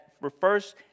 refers